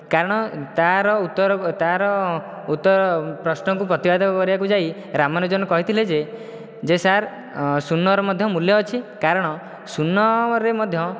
କାରଣ ତାର ଉତ୍ତର ତାର ଉତ୍ତରର ପ୍ରଶ୍ନକୁ ପ୍ରତିବାଦ କରିବାକୁ ଯାଇ ରାମନୁଜନ୍ କହିଥିଲେ ଯେ ଯେ ସାର୍ ଶୂନ୍ୟର ମଧ୍ୟ ମୂଲ୍ୟ ଅଛି କାରଣ ଶୂନରେ ମଧ୍ୟ